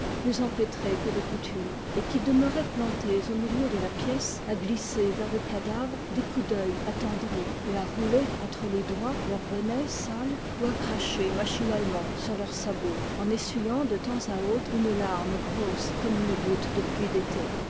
plus empêtrés que de coutume et qui demeuraient plantés au milieu de la pièce à glisser vers le cadavre des coups d'œil attendris et à rouler entre les doigts leurs bonnets sales ou à cracher machinalement sur leurs sabots en essuyant de temps à autre une larme grosse comme une goutte de pluie d'été